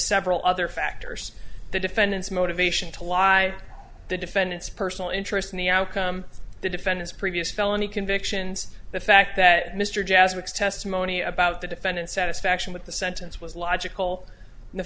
several other factors the defendant's motivation to lie the defendant's personal interest in the outcome of the defendant's previous felony convictions the fact that mr jazz week's testimony about the defendant satisfaction with the sentence was logical and the